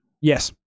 Yes